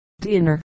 dinner